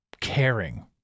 caring